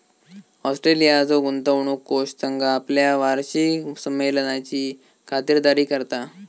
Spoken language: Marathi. ऑस्ट्रेलियाचो गुंतवणूक कोष संघ आपल्या वार्षिक संमेलनाची खातिरदारी करता